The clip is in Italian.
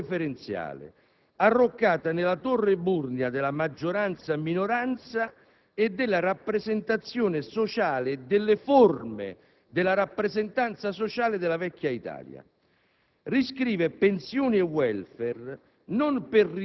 è politicamente e socialmente autoreferenziale, arroccata nella torre eburnea della maggioranza e minoranza e della rappresentazione sociale e delle forme della rappresentanza sociale della vecchia Italia;